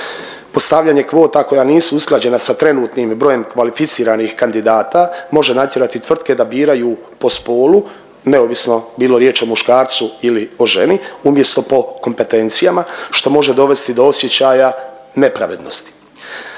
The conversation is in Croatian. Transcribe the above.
Postavljanje kvota koja nisu usklađena sa trenutnim brojem kvalificiranih kandidata može natjerati tvrtke da biraju po spolu neovisno bilo riječ o muškarcu ili o ženi umjesto po kompetencijama što može dovesti do osjećaja nepravednosti.